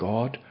God